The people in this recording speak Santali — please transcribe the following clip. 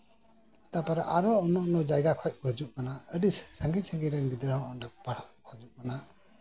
ᱟᱨᱚ ᱚᱱᱱᱚ ᱚᱱᱱᱚ ᱡᱟᱭᱜᱟ ᱠᱷᱚᱱ ᱠᱚ ᱦᱤᱡᱩᱜ ᱠᱟᱱᱟ ᱟᱹᱰᱤ ᱥᱟᱺᱜᱤᱧ ᱥᱟᱺᱜᱤᱧ ᱨᱮᱱ ᱜᱤᱫᱽᱨᱟᱹ ᱚᱱᱰᱮ ᱯᱟᱲᱦᱟᱜ ᱠᱚ ᱦᱤᱡᱩᱜ ᱠᱟᱱᱟ